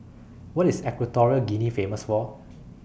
What IS Equatorial Guinea Famous For